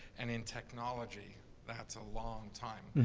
and in technology that's a long time.